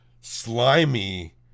slimy